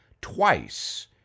twice